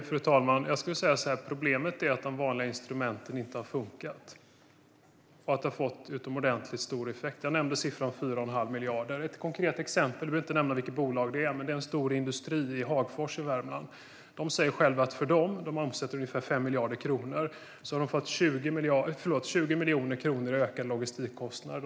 Fru talman! Jag skulle säga så här: Problemet är att de vanliga instrumenten inte har funkat. Det har fått utomordentligt stor effekt. Jag nämnde siffran 4,5 miljarder. Låt mig ta ett konkret exempel. Ett bolag - jag behöver inte nämna vilket bolag det är, men det är en stor industri i Hagfors i Värmland som omsätter ungefär 5 miljarder kronor - säger själva att de har fått 20 miljoner kronor i ökade logistikkostnader.